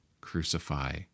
crucify